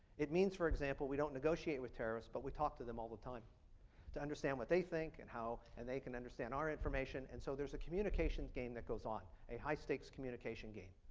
it means for example we don't negotiate with terrorists, but we talked them all the time to understand what they think and how and they can understand our information and so there's a communications game that goes on. a high-stakes communications game.